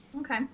Okay